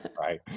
Right